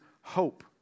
hope